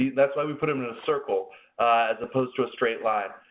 that's why we put them in a circle as opposed to a straight line.